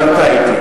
אם טעית תתנצל.